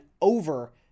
over